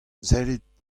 sellit